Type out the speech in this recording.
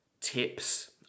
Tips